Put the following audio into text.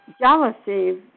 jealousy